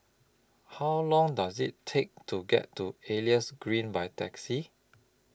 How Long Does IT Take to get to Elias Green By Taxi